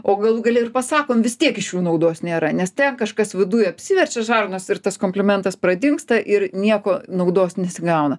o galų gale ir pasakom vis tiek iš jų naudos nėra nes kažkas viduj apsiverčia žarnos ir tas komplimentas pradingsta ir nieko naudos nesigauna